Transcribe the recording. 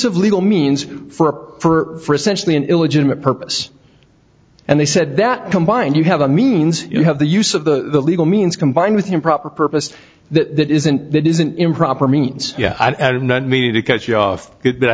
of legal means for appt for essentially an illegitimate purpose and they said that combined you have a means you have the use of the legal means combined with improper purpose that that isn't that isn't improper means yeah i did not mean to cut you off but i